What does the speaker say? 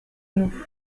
nous